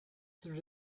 through